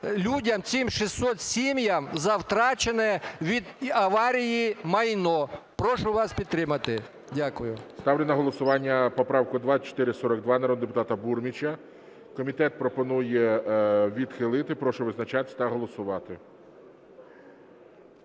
людям, цим 600 сім'ям, за втрачене від аварії майно. Прошу вас підтримати. Дякую. ГОЛОВУЮЧИЙ. Ставлю на голосування поправку 2442 народного депутата Бурміча. Комітет пропонує відхилити. Прошу визначатися та голосувати.